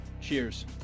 Cheers